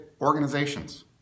organizations